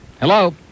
Hello